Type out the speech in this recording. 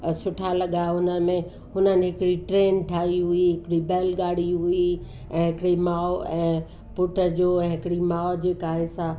सुठा लॻा उनमें हुननि हिकिड़ी ट्रेन ठाही हुई हिकिड़ी बैलगाड़ी हुई ऐं हिकिड़ी माउ ऐं पुट जो ऐं हिकिड़ी माउ जेका आहे सा